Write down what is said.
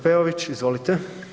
Peović izvolite.